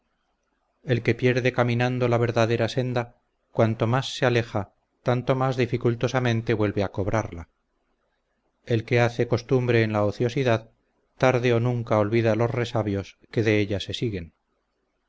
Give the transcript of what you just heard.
el que pierde caminando la verdadera senda cuanto más se aleja tanto más dificultosamente vuelve a cobrarla el que hace costumbre en la ociosidad tarde o nunca olvida los resabios que de ella se siguen